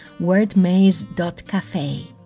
wordmaze.cafe